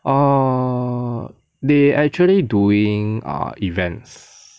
err they actually doing err events